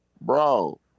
Bro